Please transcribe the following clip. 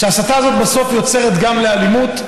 וההסתה הזאת בסוף יוצרת גם אלימות,